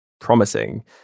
promising